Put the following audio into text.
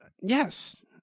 Yes